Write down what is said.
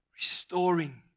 Restoring